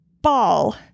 ball